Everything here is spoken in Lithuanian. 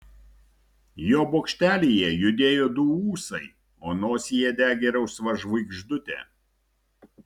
jo bokštelyje judėjo du ūsai o nosyje degė rausva žvaigždutė